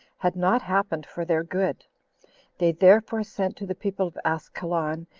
had not happened for their good they therefore sent to the people of askelon,